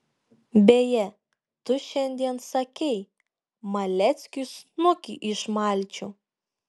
beje tu šiandien sakei maleckiui snukį išmalčiau